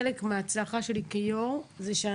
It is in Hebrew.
חלק מההצלחה שלי כיושבת-ראש הוא שגם